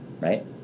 right